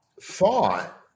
thought